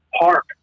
park